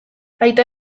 aita